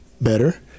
better